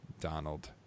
Donald